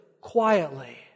quietly